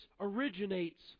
originates